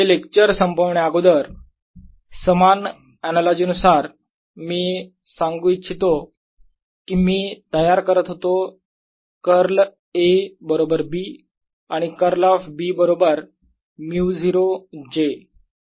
हे लेक्चर संपवन्या अगोदर समान अनालॉजी नुसार मी सांगू इच्छितो कि मी तयार करत होतो कर्ल A बरोबर B आणि कर्ल ऑफ B बरोबर μ0 j